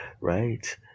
Right